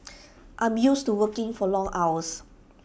I'm used to working for long hours